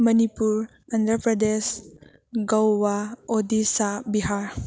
Manipur Andhra Pradesh Goa Odisha Bihar